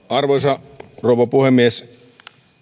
arvoisa rouva puhemies